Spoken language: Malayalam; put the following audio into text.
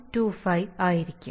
25 ആയിരിക്കും